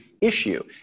issue